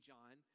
John